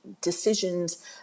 decisions